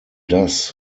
das